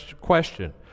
question